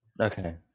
Okay